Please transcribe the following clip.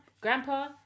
Grandpa